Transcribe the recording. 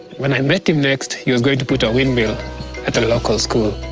when i met him next, he was going to put a windmill at the local school.